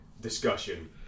discussion